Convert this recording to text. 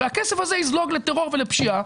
והכסף הזה יזלוג לטרור ולפשיעה,